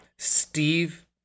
Steve